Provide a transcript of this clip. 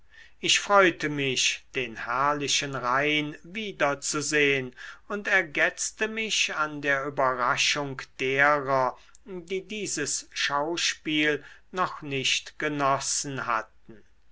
ich freute mich den herrlichen rhein wiederzusehn und ergetzte mich an der überraschung derer die dieses schauspiel noch nicht genossen hatten